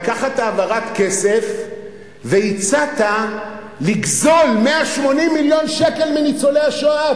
לקחת העברת כסף והצעת לגזול 180 מיליון שקל מניצולי השואה.